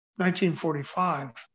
1945